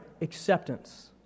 acceptance